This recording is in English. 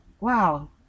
Wow